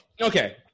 okay